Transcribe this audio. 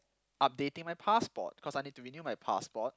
updating my passport cause I need to renew my passport